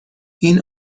این